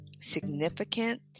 significant